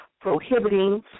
prohibiting